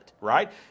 right